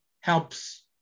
helps